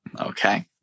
Okay